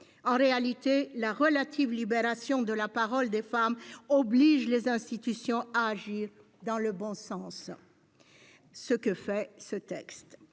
En réalité, la relative libération de la parole des femmes oblige les institutions à agir dans le bon sens : c'est ce que